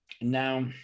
Now